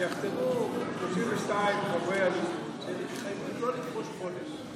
שיחתמו 32 חברי הליכוד שהם מתחייבים לא לפרוש מהקואליציה,